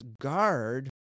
guard